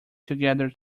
together